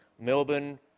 Melbourne